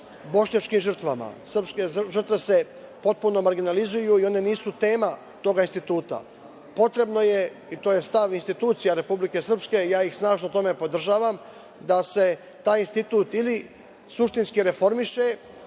bošnjačkim žrtvama. Srpske žrtve se potpuno marginalizuju i one nisu tema tog Instituta. Potrebno je, i to je stav institucija Republike Srpske, ja ih snažno u tome podržavam, da se taj institut ili suštinski reformiše